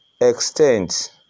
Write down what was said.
extends